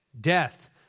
death